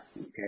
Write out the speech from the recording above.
Okay